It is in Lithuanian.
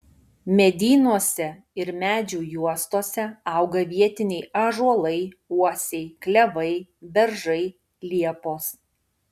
medynuose ir medžių juostose auga vietiniai ąžuolai uosiai klevai beržai liepos